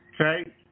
okay